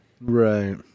right